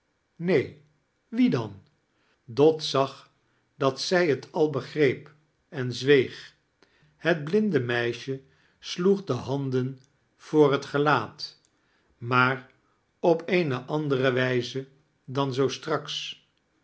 neen wie dan dot zag dat zij t al begreep en zweeg het blinde meisje sloeg de handen voor het gelaat maar op eene andere wijze dan zoo steaks